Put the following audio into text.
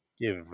give